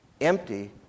empty